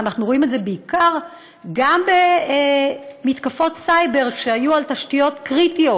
ואנחנו רואים את זה בעיקר במתקפות סייבר שהיו על תשתיות קריטיות.